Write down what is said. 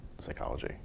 psychology